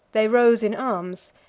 they rose in arms,